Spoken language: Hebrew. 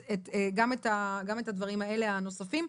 גם את הדברים הנוספים האלה.